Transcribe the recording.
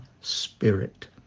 spirit